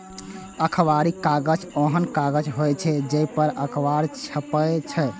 अखबारी कागज ओहन कागज होइ छै, जइ पर अखबार छपै छै